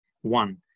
one